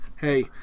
hey